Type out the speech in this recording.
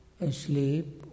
asleep